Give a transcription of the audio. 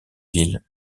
ville